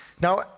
Now